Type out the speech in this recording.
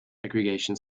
aggregation